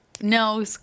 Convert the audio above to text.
No